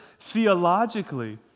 theologically